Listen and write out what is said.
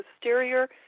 posterior